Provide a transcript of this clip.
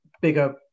bigger